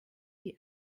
die